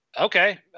Okay